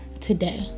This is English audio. today